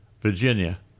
Virginia